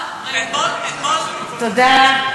תודה.